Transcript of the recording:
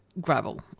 Gravel